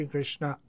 Krishna